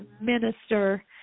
minister